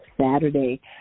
Saturday